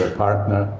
partner,